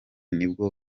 nibwo